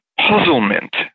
puzzlement